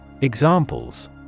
Examples